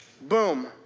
boom